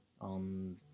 on